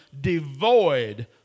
devoid